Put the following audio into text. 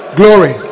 glory